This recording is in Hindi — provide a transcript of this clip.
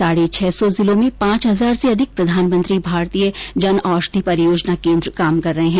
साढ़े छह सौ जिलों में पांच हजार से अधिक प्रधानमंत्री भारतीय जनऔषधि परियोजना केन्द्र काम कर रहे हैं